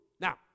Now